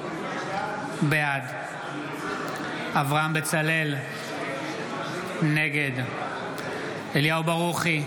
בעד אברהם בצלאל, נגד אליהו ברוכי,